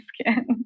skin